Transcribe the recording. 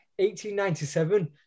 1897